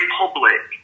public